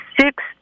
six